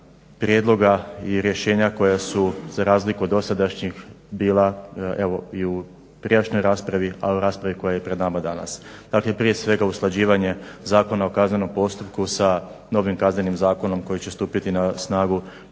prijedloga i rješenja koja su za razliku od dosadašnjih bila evo i u prijašnjoj raspravi, ali i raspravi koja je pred nama danas. Dakle, prije svega usklađivanje Zakona o kaznenom postupku sa novim Kaznenim zakonom koji će stupiti na snagu